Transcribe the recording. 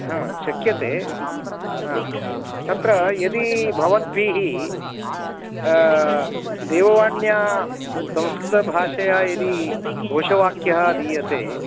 हा शक्यते हा तत्र यदि भवद्भिः देववाण्या संस्कृतभाषया यदि घोषवाक्यं दीयते